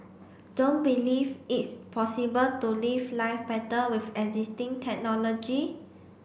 don't believe it's possible to live life better with existing technology